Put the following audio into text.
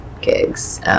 gigs